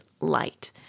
light